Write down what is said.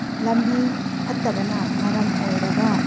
ꯂꯃꯕꯤ ꯐꯠꯇꯕꯅ ꯃꯔꯝ ꯑꯣꯏꯔꯒ